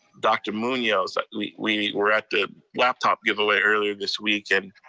dr. munoz. we we were at the laptop giveaway earlier this week, and